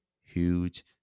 huge